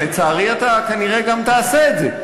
לצערי אתה כנראה גם תעשה את זה,